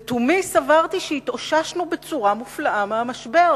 לתומי סברתי שהתאוששנו בצורה מופלאה מהמשבר,